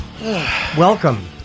Welcome